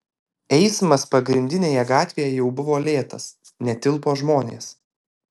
eismas pagrindinėje gatvėje jau buvo lėtas netilpo žmonės